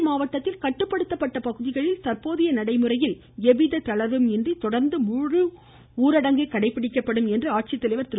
தஞ்சை மாவட்டத்தில் கட்டுப்படுத்தப்பட்ட பகுதிகளில் தந்போதைய நடைமுறைகளில் எவ்வித தளர்வும் இன்றி தொடர்ந்து முழு ஊரடங்கு கடைபிடிக்கப்படும் என மாவட்ட ஆட்சித்தலைவர் திரு